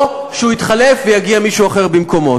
או שהוא יתחלף ויגיע מישהו אחר במקומו.